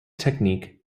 technique